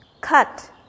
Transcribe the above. cut